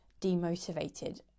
demotivated